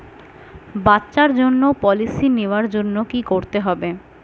বাচ্চার জন্য পলিসি নেওয়ার জন্য কি করতে হবে?